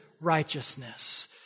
righteousness